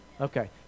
Okay